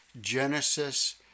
Genesis